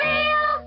Real